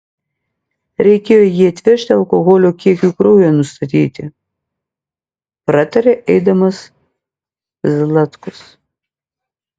reikėjo jį atvežti alkoholio kiekiui kraujyje nustatyti pratarė eidamas zlatkus